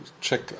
check